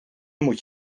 moet